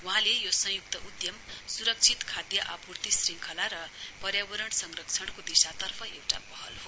वहाँले यो संयुक्त उद्यम सुरक्षित खाद्य आपूर्ति श्रङ्खला र पर्यावरण संरक्षणको दिशार्तफ एउटा पहल हो